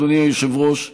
אדוני היושב-ראש,